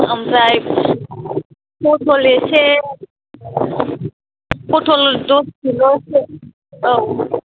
ओमफ्राय पटल इसे पटल दस किल'सो औ